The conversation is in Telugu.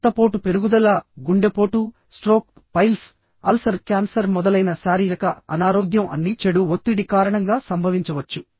రక్తపోటు పెరుగుదల గుండెపోటు స్ట్రోక్ పైల్స్ అల్సర్ క్యాన్సర్ మొదలైన శారీరక అనారోగ్యం అన్నీ చెడు ఒత్తిడి కారణంగా సంభవించవచ్చు